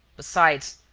besides,